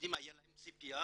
היהודים הייתה להם ציפייה